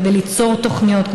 כדי ליצור תוכניות,